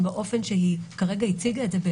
גם באופן שהיא כרגע הציגה את זה,